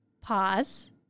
Pause